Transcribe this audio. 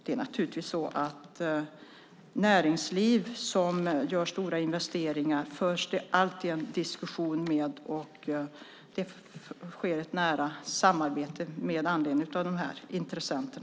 Det är naturligtvis så att det alltid förs en diskussion med ett näringsliv som gör stora investeringar, och det sker ett nära samarbete med anledning av dessa intressenter.